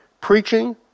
preaching